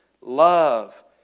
love